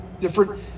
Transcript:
different